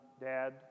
Dad